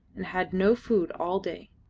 and had no food all day.